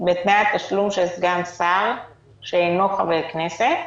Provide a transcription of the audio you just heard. בתנאי התשלום של סגן שר שאינו חבר כנסת